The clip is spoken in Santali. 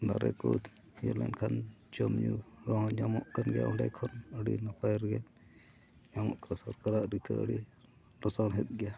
ᱫᱟᱨᱮ ᱠᱚ ᱤᱭᱟᱹ ᱞᱮᱱᱠᱷᱟᱱ ᱡᱚᱢ ᱧᱩ ᱨᱮᱦᱚᱸ ᱧᱟᱢᱚᱜ ᱠᱟᱱ ᱜᱮᱭᱟ ᱚᱸᱰᱮ ᱠᱷᱚᱱ ᱟᱹᱰᱤ ᱱᱟᱯᱟᱭ ᱨᱮᱜᱮ ᱧᱟᱢᱚᱜ ᱠᱟᱱᱟ ᱥᱚᱨᱠᱟᱨᱟᱜ ᱨᱤᱠᱟᱹ ᱟᱹᱰᱤ ᱞᱟᱥᱟᱲᱦᱮᱫ ᱜᱮᱭᱟ